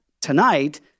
tonight